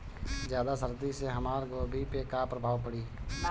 ज्यादा सर्दी से हमार गोभी पे का प्रभाव पड़ी?